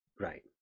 right